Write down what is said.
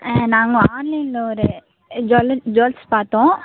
நாங்கள் ஆன்லைனில் ஒரு ஜுவல்லர் ஜுவல்ஸ் பார்த்தோம்